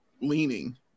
leaning